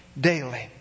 daily